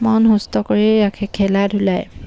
মন সুস্থ কৰি ৰাখে খেলা ধূলাই